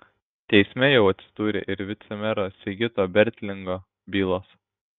teisme jau atsidūrė ir vicemero sigito bertlingo bylos